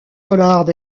pollard